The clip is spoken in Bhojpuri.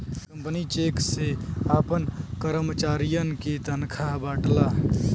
कंपनी चेक से आपन करमचारियन के तनखा बांटला